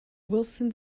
wilson